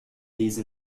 these